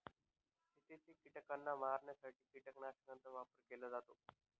शेतातील कीटकांना मारण्यासाठी कीटकनाशकांचा वापर केला जातो